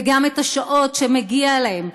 וגם את השעות שמגיעות להם,